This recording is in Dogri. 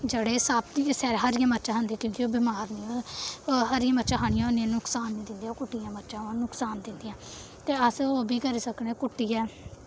जेह्ड़े साबती हरियां मर्चां खंदे क्योंकि ओह् बमार निं होऐ हरियां मर्चां खानियां होंदी नुकसान निं दिंदे ओ कुट्टियां मर्चां नुकसान दिंदियां ते अस ओह् बी करी सकने कुट्टियै